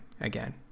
again